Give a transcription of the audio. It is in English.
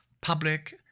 public